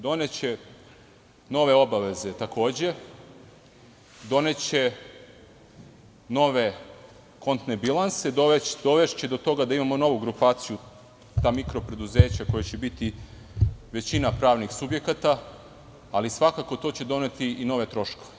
Doneće, takođe, nove obaveze, doneće nove kontne bilanse, dovešće do toga da imamo novu grupaciju, ta mikro preduzeća koja će biti većina pravnih subjekata, ali svakako to će doneti i nove troškove.